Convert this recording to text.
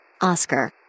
oscar